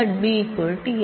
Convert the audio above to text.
B s